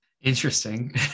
Interesting